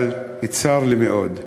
אבל צר לי מאוד,